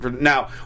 Now